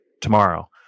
tomorrow